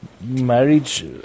marriage